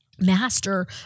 master